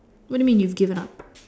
what do you mean you given up